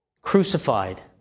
crucified